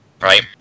Right